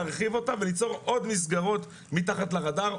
להרחיב אותה וליצור עוד מסגרות מתחת לרדאר,